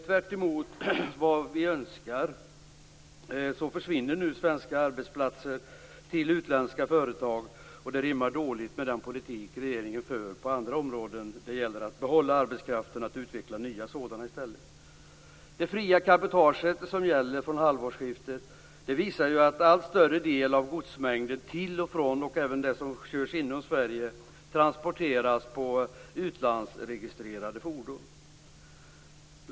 Tvärtemot vad vi önskar försvinner nu svenska arbetsplatser till utländska företag, och det rimmar dåligt med den politik som regeringen för på andra områden. Det gäller att behålla arbetskraften och i stället utveckla nya arbetsplatser. Det fria cabotaget som gäller från halvårsskiftet visar att allt större del av godsmängden till, från och inom Sverige transporteras på utlandsregistrerade fordon.